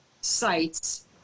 sites